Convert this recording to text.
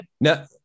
no